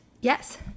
yes